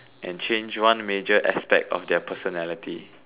and change one major aspect of their personality